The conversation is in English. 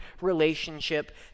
relationship